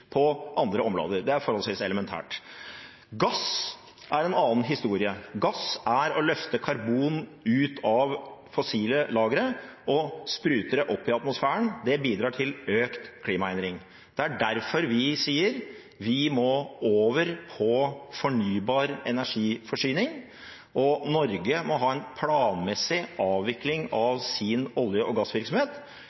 på andre områder – det er forholdsvis elementært. Gass er en annen historie. Gass er å løfte karbon ut av fossile lagre og sprute det opp i atmosfæren. Det bidrar til økt klimaendring. Det er derfor vi sier: Vi må over på fornybar energiforsyning, og Norge må ha en planmessig avvikling